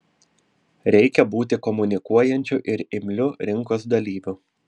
reikia būti komunikuojančiu ir imliu rinkos dalyviu